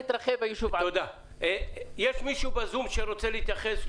יש מישהו ב"זום" שרוצה להתייחס?